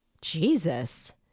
Jesus